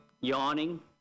yawning